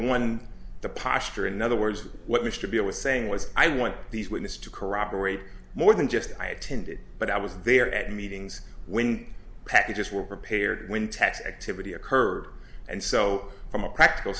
one the posture in other words what we should be i was saying as i want these witnesses to corroborate more than just i attended but i was there at meetings when packages were prepared when tex activity occurred and so from a practical